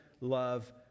love